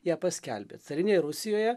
ją paskelbė carinėje rusijoje